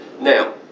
now